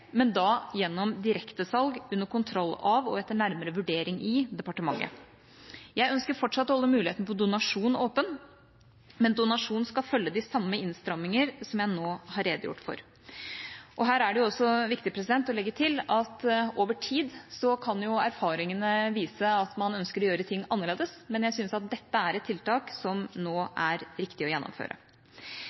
men da gjennom direktesalg under kontroll av og etter nærmere vurdering i departementet. Jeg ønsker fortsatt å holde muligheten for donasjon åpen, men donasjon skal følge de samme innstramminger som jeg nå har redegjort for. Her er det også viktig å legge til at over tid kan jo erfaringene vise at man ønsker å gjøre ting annerledes, men jeg syns at dette er et tiltak som det nå er riktig å gjennomføre.